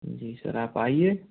जी sir आप आइए